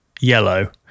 yellow